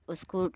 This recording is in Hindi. उसको